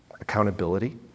accountability